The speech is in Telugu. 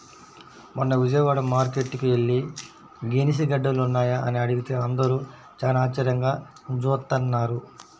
మొన్న విజయవాడ మార్కేట్టుకి యెల్లి గెనిసిగెడ్డలున్నాయా అని అడిగితే అందరూ చానా ఆశ్చర్యంగా జూత్తన్నారు